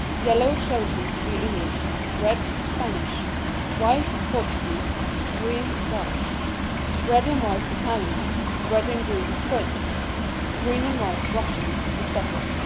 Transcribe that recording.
yellow showed him to be english red, spanish white, portuguese green, dutch red and white, italian red and green, swiss green and white, russian etc.